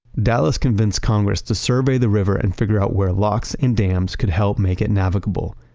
dallas convinced congress to survey the river and figure out where locks and dams could help make it navigable.